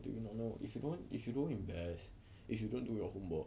do you not know if you don't if you don't invest if you don't do your homework